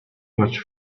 much